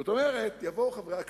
זאת אומרת, יבואו חברי הכנסת,